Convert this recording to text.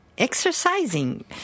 exercising